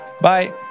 Bye